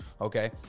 Okay